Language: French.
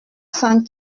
sans